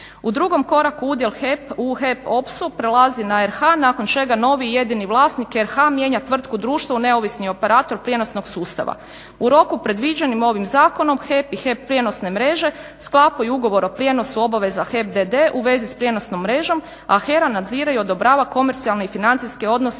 U drugom koraku udjel HEP u HEP OPS-u prelazi na RH nakon čega novi i jedini vlasnik RH mijenja tvrtku društvo u neovisni operator prijenosnog sustava. U roku predviđenim ovim zakonom HEP i HEP prijenosne mreže sklapaju ugovor o prijenosu obaveza HEP d.d. u vezi s prijenosnom mrežom, a HERA nadzire i odobrava komercijalne i financijske odnose